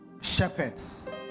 Shepherds